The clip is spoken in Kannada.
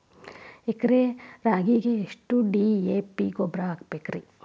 ಎಕರೆ ರಾಗಿಗೆ ಎಷ್ಟು ಡಿ.ಎ.ಪಿ ಗೊಬ್ರಾ ಹಾಕಬೇಕ್ರಿ?